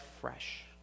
fresh